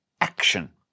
action